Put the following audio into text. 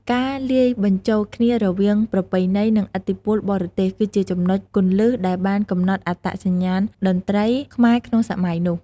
ការលាយបញ្ចូលគ្នារវាងប្រពៃណី និងឥទ្ធិពលបរទេស គឺជាចំណុចគន្លឹះដែលបានកំណត់អត្តសញ្ញាណតន្ត្រីខ្មែរក្នុងសម័យនោះ។